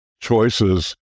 choices